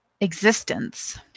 existence